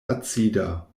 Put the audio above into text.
acida